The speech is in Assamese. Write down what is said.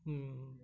ও